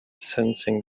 sensing